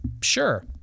Sure